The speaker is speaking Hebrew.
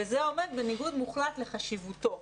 זה עומד בניגוד מוחלט לחשיבותו.